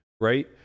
right